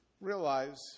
realize